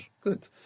Good